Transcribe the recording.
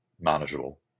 manageable